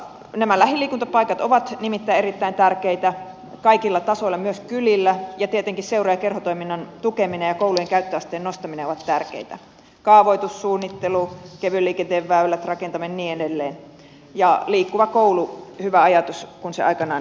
nämä lähiliikuntapaikat ovat nimittäin erittäin tärkeitä kaikilla tasoilla myös kylissä ja tietenkin myös seura ja kerhotoiminnan tukeminen ja koulujen käyttöasteen nostaminen ovat tärkeitä samoin kaavoitussuunnittelu kevyen liikenteen väylät rakentaminen ja niin edelleen ja liikkuva koulu hyvä ajatus kun se aikanaan keksittiin